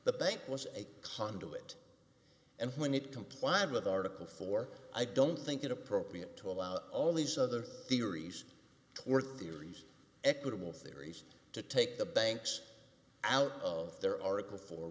the bank was a conduit and when it complied with article four i don't think it appropriate to allow all these other theories were theories equitable theories to take the banks out of their article for